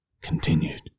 continued